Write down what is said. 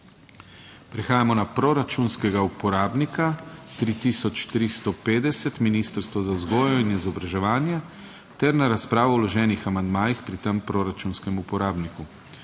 Prehajamo na proračunskega uporabnika 3350, Ministrstvo za vzgojo in izobraževanje ter na razpravo o vloženih amandmajih pri tem proračunskem uporabniku.